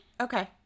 okay